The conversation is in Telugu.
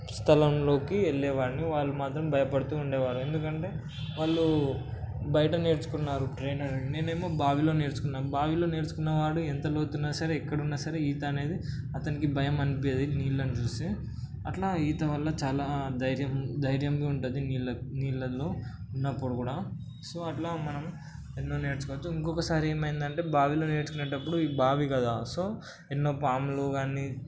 స్థలంలోకి వెళ్ళేవాడిని వాళ్ళు మాత్రం భయపడుతూ ఉండేవారు ఎందుకంటే వాళ్ళు బయట నేర్చుకున్నారు ట్రైనర్ నేనేమో బావిలో నేర్చుకున్నాను బావిలో నేర్చుకున్నవాడు ఎంత లోతున్నా సరే ఎక్కడున్నా సరే ఈత అనేది అతనికి భయం అనిపించదు నీళ్ళను చూస్తే అట్లా ఈత వల్ల చాలా ధైర్యం ధైర్యం ఉంటుంది నీళ్ళ నీళ్ళలో ఉన్నప్పుడు కూడా సో అట్లా మనం ఎన్నో నేర్చుకోవచ్చు ఇంకొకసారి ఏమైంది అంటే బావిలో నేర్చుకునేటప్పుడు ఇది బావి కదా సో ఎన్నో పాములు అన్నీ